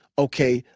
okay,